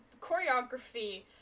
choreography